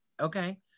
Okay